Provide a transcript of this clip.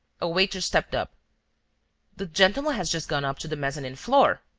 a waiter stepped up the gentleman has just gone up to the mezzanine floor.